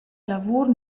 lavur